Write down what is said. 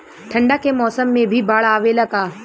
ठंडा के मौसम में भी बाढ़ आवेला का?